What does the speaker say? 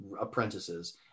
apprentices